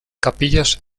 capillas